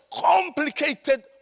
complicated